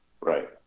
Right